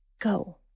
Go